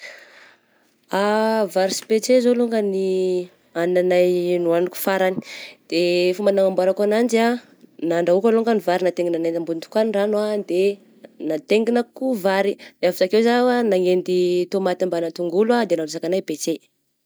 Vary sy petsay zao longany hagnina anay nohaniko farany, de fomba nanamboarako ananjy ah, nandrahoako alongany ny vary, nataingina anay eny ambony tokoà ny ragno ah, de nataingina ko vary de avy sakeo zaho nanendy tômaty ambana tongolo de narotsakanay petsay.